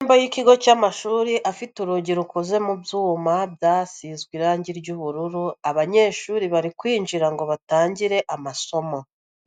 Amarembo y'ikigo cy'amashuri afite urugi rukoze mu byuma byasizwe irangi ry'ubururu, abanyeshuri bari kwinjira ngo batangire amasomo,